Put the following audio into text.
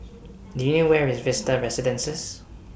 Do YOU know Where IS Vista Residences